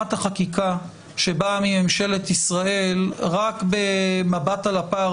יוזמת החקיקה שבאה מממשלת ישראל רק במבט על הפער